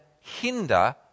hinder